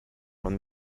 man